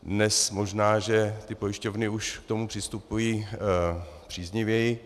Dnes možná ty pojišťovny už k tomu přistupují příznivěji.